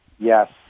Yes